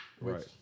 Right